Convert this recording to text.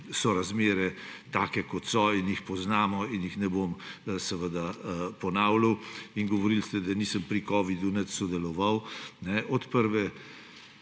so razmere take, kot so, in jih poznamo in jih ne bom seveda ponavljal. In govorili ste, da nisem pri covidu nič sodeloval. Od prve